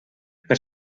per